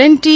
and T